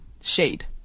shade